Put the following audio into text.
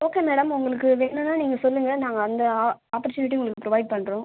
okay madam உங்களுக்கு வேணுன்னா நீங்கள் சொல்லுங்கள் நாங்கள் அந்த ஆப்பர்ச்சுனிட்டியும் உங்களுக்கு ப்ரொவைட் பண்ணுறோம்